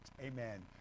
Amen